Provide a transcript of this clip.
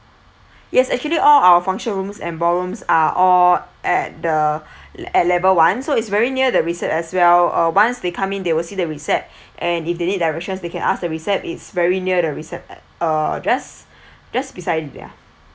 yes actually all our function rooms and ballrooms are all at the at level one so is very near the recep as well uh once they come in they will see the recep and if they need directions they can ask the recep it's very near the recep uh just just beside yeah